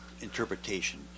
interpretation